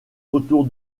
autour